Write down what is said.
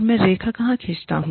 मैं रेखा कहां खींचता हूँ